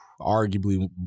arguably